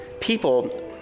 people